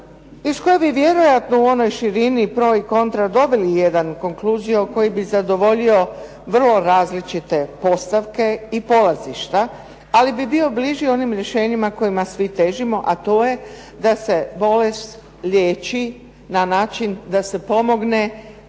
iz koje bi vjerojatno u onoj širini pro i kontra dobili jedan konkluzio koji bi zadovoljio vrlo različite postavke i polazišta, ali bi bio bliži onim rješenjima kojima svi težimo, a to je da se bolest liječi na način da se pomogne